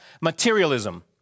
materialism